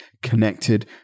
connected